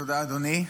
תודה, אדוני.